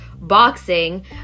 boxing